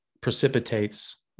precipitates